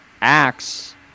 acts